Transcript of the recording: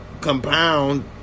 compound